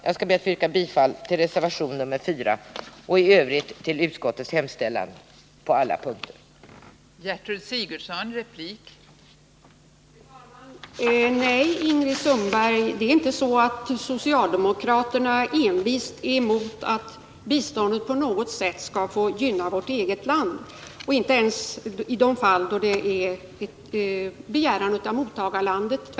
Jag skall be att få yrka bifall till reservationen nr 4 och till Tisdagen den utskottets hemställan på alla övriga punkter. 29 april 1980